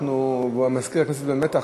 ומזכיר הכנסת במתח,